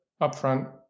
upfront